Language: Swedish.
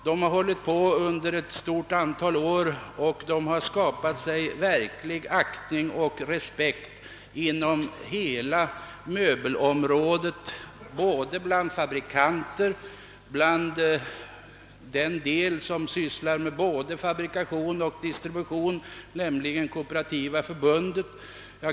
De har hållit på under ett stort antal år, och de har skaffat sig verklig aktning och respekt inom hela möbelområdet, både bland fabrikanter och bland den del som sysslar med såväl fabrikation som distribution, t.ex. Kooperativa förbundet.